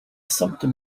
sumpter